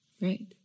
Right